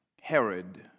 Herod